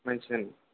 మంచిదండి